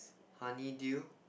honeydew